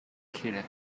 kehle